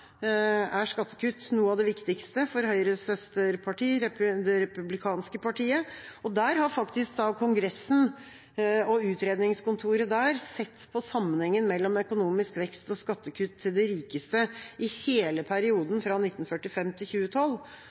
er skattekutt noe av det viktigste for Høyres søsterparti, det republikanske partiet. Og der har faktisk Kongressen, utredningskontoret der, sett på sammenhengen mellom økonomisk vekst og skattekutt til de rikeste i hele perioden fra 1945 til 2012.